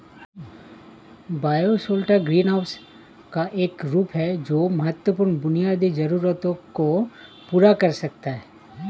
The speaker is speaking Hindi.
बायोशेल्टर ग्रीनहाउस का एक रूप है जो महत्वपूर्ण बुनियादी जरूरतों को पूरा कर सकता है